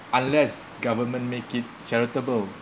unless government make it charitable